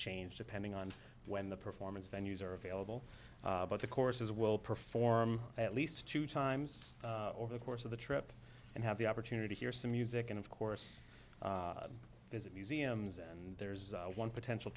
change depending on when the performance venues are available but the courses will perform at least two times over the course of the trip and have the opportunity hear some music and of course visit museums and there's one potential